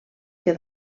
que